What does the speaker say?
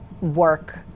work